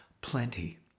plenty